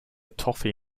toffee